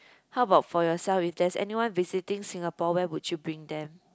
how about for yourself if there's anyone visiting Singapore where would you bring them